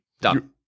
Done